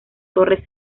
torres